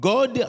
God